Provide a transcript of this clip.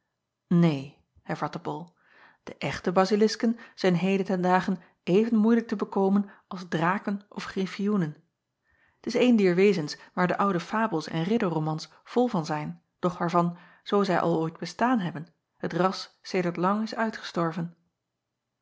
een hervatte ol de echte bazilisken zijn heden ten dage even moeilijk te bekomen als draken of griffioenen t s een dier wezens waar de oude fabels en ridderromans vol van zijn doch waarvan zoo zij al ooit bestaan hebben het ras sedert lang is uitgestorven